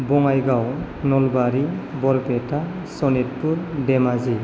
Bongaigaon Nalbari Barpeta Sonitpur Dhemaji